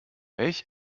welch